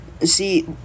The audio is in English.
See